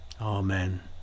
Amen